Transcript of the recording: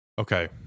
Okay